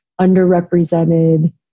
underrepresented